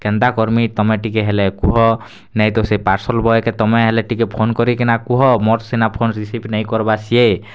କେନ୍ତା କର୍ମି ତୁମେ ଟିକେ ହେଲେ କୁହ ନାଇଁ ତ ସେ ପାର୍ସଲ୍ ବଏ କେ ତୁମେ ହେଲେ ଟିକେ ଫୋନ୍ କରିକି ନା କୁହ ମୋର୍ ସିନା ଫୋନ୍ ରିସିଭ୍ ନେଇ କର୍ବା ସିଏ